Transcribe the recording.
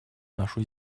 нашу